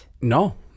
No